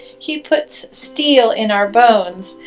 he puts steel in our bones,